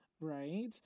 right